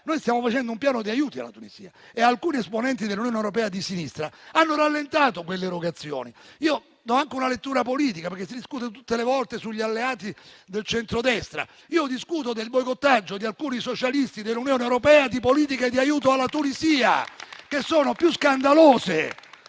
Stiamo facendo un piano di aiuti alla Tunisia e alcuni esponenti dell'Unione europea di sinistra hanno rallentato quelle erogazioni. Di questo do anche una lettura politica: si discute tutte le volte sugli alleati del centrodestra, ma io discuto del boicottaggio di alcuni socialisti dell'Unione europea delle politiche di aiuto alla Tunisia. Ciò è più scandaloso